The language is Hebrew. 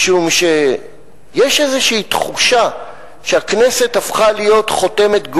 יש איזו תחושה שהכנסת הפכה להיות חותמת גומי,